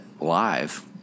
live